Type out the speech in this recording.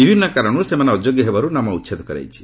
ବିଭିନ୍ନ କାରଣରୁ ସେମାନେ ଅଯୋଗ୍ୟ ହେବାରୁ ନାମ ଉଚ୍ଛେଦ କରାଯାଇଛି